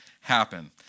happen